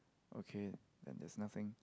okay and there's nothing